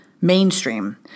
mainstream